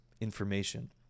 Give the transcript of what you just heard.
information